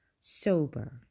sober